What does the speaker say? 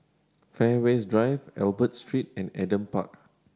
Fairways Drive Albert Street and Adam Park